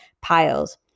piles